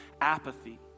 apathy